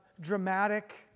dramatic